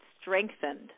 strengthened